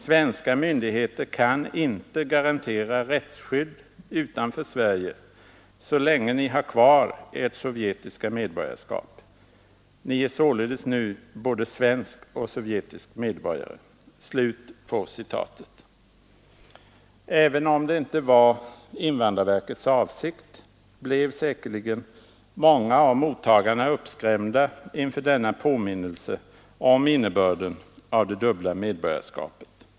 Svenska myndigheter kan inte garantera rättsskydd utanför Sverige så länge ni har kvar ert sovjetiska medborgarskap. Ni är således nu både svensk och sovjetisk medborgare.” Även om det inte var invandrarverkets avsikt blir säkerligen många av mottagarna uppskrämda inför denna påminnelse om innebörden av det dubbla medborgarskapet.